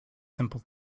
simple